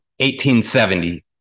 1870